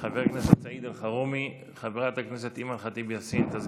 הנושא לוועדת העבודה, הרווחה והבריאות נתקבלה.